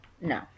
No